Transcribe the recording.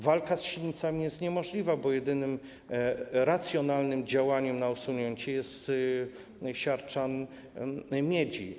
Walka z sinicami jest niemożliwa, bo jedynym racjonalnym działaniem na usunięcie jest siarczan miedzi.